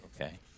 okay